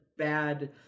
bad